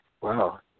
Wow